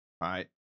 Right